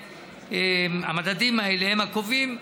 והמדדים האלה הם הקובעים,